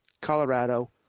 Colorado